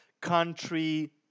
country